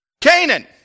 Canaan